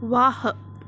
वाह